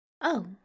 Oh